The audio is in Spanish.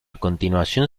continuación